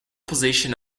position